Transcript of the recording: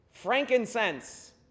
frankincense